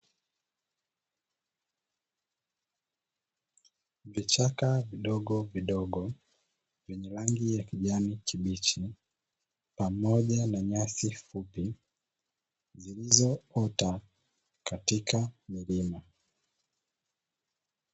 Vichaka vidogovidogo vyenye rangi ya kijani kibichi, pamoja na nyasi fupi zilizoota katika milima.